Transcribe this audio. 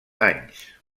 anys